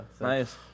Nice